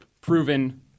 proven